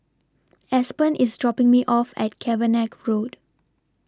Aspen IS dropping Me off At Cavenagh Road